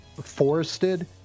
forested